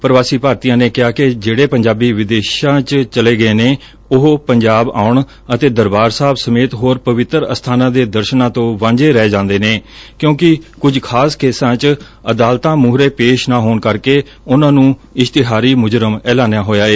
ਪ੍ਰਵਾਸੀ ਭਾਰਤੀਆਂ ਨੇ ਕਿਹਾ ਕਿ ਜਿਹਤੇ ਪੰਜਾਬੀ ਵਿਦੇਸ਼ ਚਲੇ ਗਏ ਨੇ ਉਹ ਪੰਜਾਬ ਆਉਣ ਅਤੇ ਦਰਬਾਰ ਸਾਹਿਬ ਸਮੇਤ ਹੋਰ ਪਵਿੱਤਰ ਅਸਬਾਨਾਂ ਦੇ ਦਰਸਨਾਂ ਤੋਂ ਵਾਝੇ ਰਹਿ ਜਾਂਦੇ ਨੇ ਕਿਉਂਕਿ ਕੁਝ ਖਾਸ ਕੇਸਾਂ ਚ ਅਦਾਲਤਾਂ ਮੁਹਰੇ ਪੇਸ਼ ਨਾ ਹੋਣ ਕਰਕੇ ਉਨਾਂ ਨੰ ਇਸ਼ਤਿਹਾਰੀ ਮਜਰਮ ਐਲਨਿਆ ਹੋਇਆ ਏ